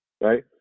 right